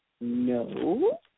no